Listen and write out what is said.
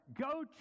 go